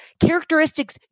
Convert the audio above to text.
characteristics